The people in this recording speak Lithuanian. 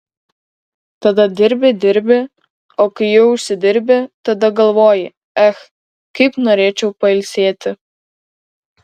tada dirbi dirbi o kai jau užsidirbi tada galvoji ech kaip norėčiau pailsėti